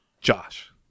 Josh